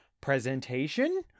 presentation